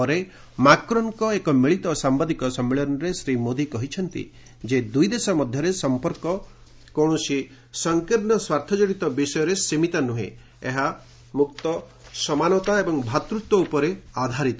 ପରେ ମାକ୍ରନଙ୍କ ଏକ ମିଳିତ ସାମ୍ଘାଦିକ ସମ୍ମିଳନୀରେ ଶ୍ରୀ ମୋଦି କହିଛନ୍ତି ଯେ ଦୁଇଦେଶ ମଧ୍ୟରେ ସମ୍ପର୍କ କୌଣସି ସଂକୀର୍ଣ୍ଣ ସ୍ୱାର୍ଥକଡିତ ବିଷୟରେ ସୀମିତ ନୁହେଁ ଏହା ମୁକ୍ତି ସମାନତା ଏବଂ ଭାତ୍ରତ୍ୱ ଉପରେ ଆଧାରିତ